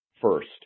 first